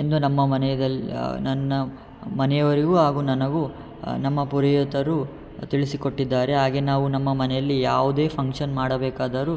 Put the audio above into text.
ಎಂದು ನಮ್ಮ ಮನೆಗೆಲ್ಲ ನನ್ನ ಮನೆಯವರಿಗೂ ಹಾಗು ನನಗೂ ನಮ್ಮ ಪುರೋಹಿತರು ತಿಳಿಸಿಕೊಟ್ಟಿದ್ದಾರೆ ಹಾಗೆ ನಾವು ನಮ್ಮ ಮನೆಯಲ್ಲಿ ಯಾವುದೇ ಫಂಕ್ಷನ್ ಮಾಡಬೇಕಾದರೂ